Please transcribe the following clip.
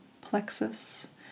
plexus